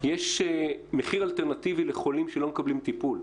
יש מחיר אלטרנטיבי לחולים שלא מקבלים טיפול.